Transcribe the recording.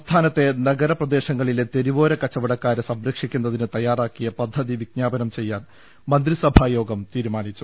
സംസ്ഥാനത്തെ നഗര പ്രദേശങ്ങളിലെ തെരുവോര കച്ചവട ക്കാരെ സംരക്ഷിക്കുന്നതിന് തയാറാക്കിയ പദ്ധതി വിജ്ഞാപനം ചെയ്യാൻ മന്ത്രിസഭാ യോഗം തീരുമാനിച്ചു